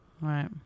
Right